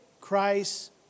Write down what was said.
Christ